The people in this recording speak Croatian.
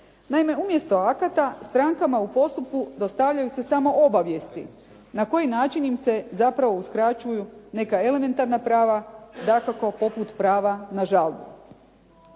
Naime, umjesto akata strankama u postupku dostavljaju se samo obavijesti, na koji način im se zapravo uskraćuju neka elementarna prava, dakako poput prava na žalbu.